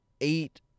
eight